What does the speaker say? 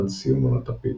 עד סיום עונת הפעילות.